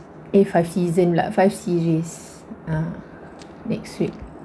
eh five season pula five series ah next week